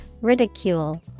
ridicule